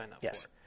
Yes